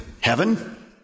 Heaven